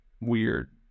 weird